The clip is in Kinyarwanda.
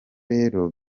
rero